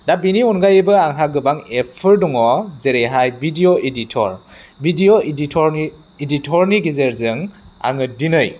दा बिनि अनगायैबो आंहा गोबां एपफोर दङ जेरैहाय भिडिय' एडिटर भिडिय' एडिटरनि एडिटरनि गेजेरजों आङो दिनै